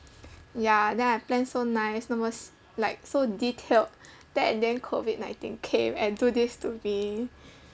ya then I plan so nice like so detailed then in the end COVID nineteen came and do this to me